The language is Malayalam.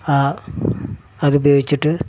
ആ അതുപയോഗിച്ചിട്ട്